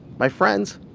my friends,